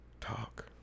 talk